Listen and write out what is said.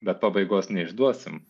bet pabaigos neišduosim